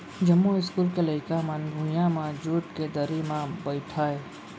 जमो इस्कूल के लइका मन भुइयां म जूट के दरी म बइठय